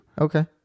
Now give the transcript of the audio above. Okay